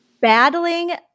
battling